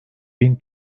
bin